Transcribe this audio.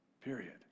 Period